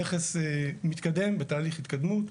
המכס מתקדם בתהליך התקדמות,